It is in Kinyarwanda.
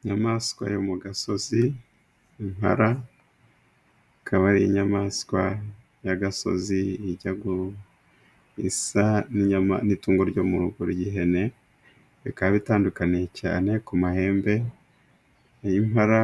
Inyamaswa yo mu gasozi impara, ikaba ari inyamaswa y'agasozi ijya gusa n'itungo ryo mu rugo ry'ihene. Bikaba bitandukaniye cyane ku mahembe, ay'impara